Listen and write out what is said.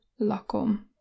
lakom